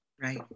Right